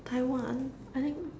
Taiwan I think